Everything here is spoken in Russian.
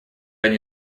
они